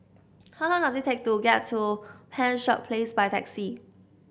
how long does it take to get to Penshurst Place by taxi